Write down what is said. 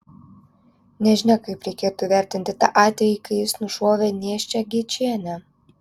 nežinia kaip reikėtų vertinti tą atvejį kai jis nušovė nėščią gečienę